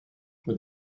for